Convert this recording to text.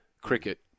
cricket